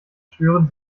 schwören